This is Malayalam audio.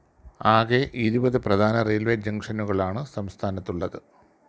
ആകെ ഇരുപത് പ്രധാന റെയിൽവേ ജംഗ്ഷനുകളാണ് സംസ്ഥാനത്തുള്ളത്